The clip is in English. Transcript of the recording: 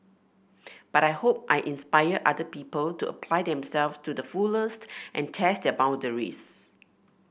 but I hope I inspire other people to apply themselves to the fullest and test their boundaries